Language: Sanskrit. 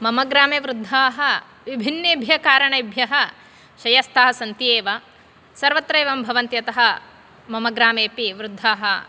मम ग्रामे वृद्धाः विभिन्नेभ्य कारणेभ्यः शय्यास्थाः सन्ति एव सर्वत्र एवं भवन्ति अतः मम ग्रामेऽपि वृद्धाः